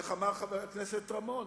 איך אמר חבר הכנסת רמון?